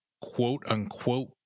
quote-unquote